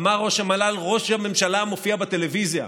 אמר ראש המל"ל: ראש הממשלה מופיע בטלוויזיה,